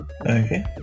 Okay